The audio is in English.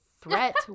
threat